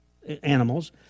Animals